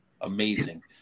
amazing